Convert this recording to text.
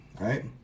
right